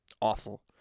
Awful